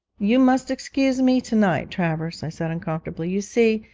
you must excuse me to-night, travers i said uncomfortably you see,